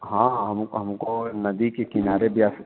हाँ हम हमको नदी के किनारे भी आ सक